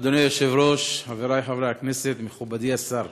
אדוני היושב-ראש, חברי חברי הכנסת, מכובדי השר,